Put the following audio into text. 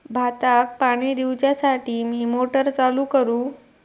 भाताक पाणी दिवच्यासाठी मी मोटर चालू करू?